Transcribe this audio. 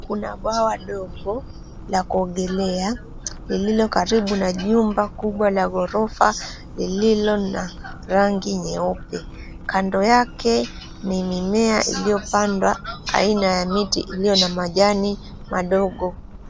Kuna bwawa ndogo la kuogelea lililo karibu na jumba kubwa la ghorofa lililo na rangi nyeupe, kando yake ni mimea iliyopandwa aina ya miti iliyo na majani madogo.